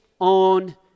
on